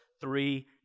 three